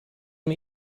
mir